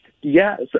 Yes